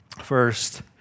First